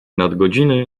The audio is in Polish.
nadgodziny